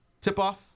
tip-off